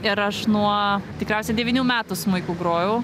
ir aš nuo tikriausiai devynių metų smuiku grojau